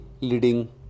leading